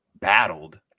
battled